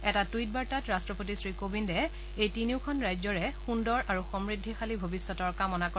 এটা টুইট বাৰ্তাত ৰট্টপতি শ্ৰীকোবিন্দে এই তিনিওখন ৰাজ্যৰে সুন্দৰ আৰু সমৃদ্ধিশালী ভৱিষ্যতৰ কামনা কৰে